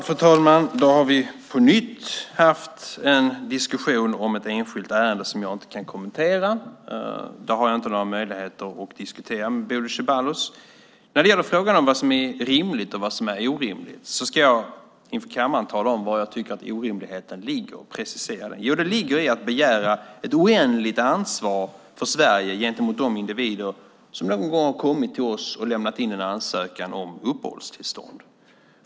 Fru talman! Då har vi på nytt haft en diskussion om ett enskilt ärende som jag inte kan kommentera. Det har jag inte några möjligheter att diskutera med Bodil Ceballos. När det gäller frågan om vad som är rimligt och vad som är orimligt ska jag inför kammaren tala om vari jag tycker att orimligheten ligger - jag ska precisera det. Jo, orimligheten ligger i att begära ett oändligt ansvar för Sverige gentemot de individer som någon gång har kommit till oss och lämnat in en ansökan om uppehållstillstånd.